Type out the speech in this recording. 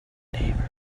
neighborhood